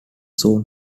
soon